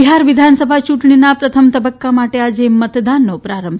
બિહાર વિધાનસભા ચૂંટણીના પ્રથમ તબક્કા માટે આજે મતદાનનો પ્રારંભ